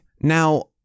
Now